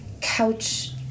couch